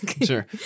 Sure